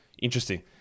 interesting